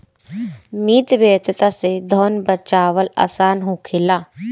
मितव्ययिता से धन बाचावल आसान होखेला